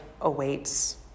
awaits